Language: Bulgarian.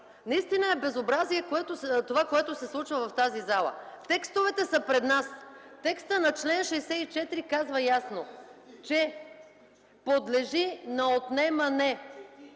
наистина е безобразие това, което се случва в тази зала. Текстовете са пред нас. Текстът на чл. 64 казва ясно, че подлежи на отнемане